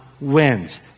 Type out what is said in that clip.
wins